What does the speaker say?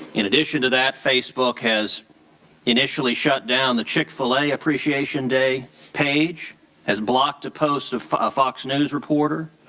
in addition to that facebook has initially shut down the chick-fil-a appreciation day page has blocked post of fox news reporter,